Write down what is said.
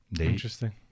Interesting